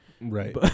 Right